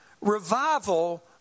revival